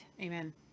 Amen